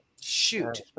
Shoot